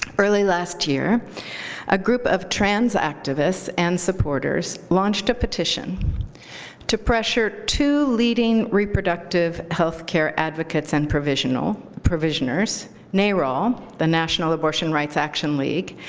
early last year a group of trans activists and supporters launched a petition to pressure two leading reproductive health care advocates and provisioners, naral, the national abortion rights action league,